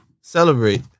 Celebrate